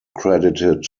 credited